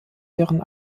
deren